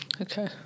Okay